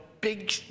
big